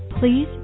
Please